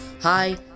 Hi